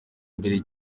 imbere